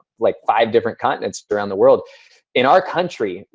like five different continents around the world in our country,